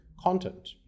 content